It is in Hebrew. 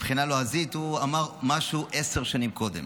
מבחינה לועזית, אמר משהו עשר שנים קודם.